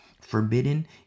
forbidden